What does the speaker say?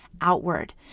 outward